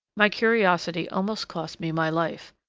my curiosity almost cost me my life.